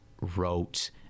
wrote